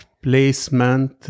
placement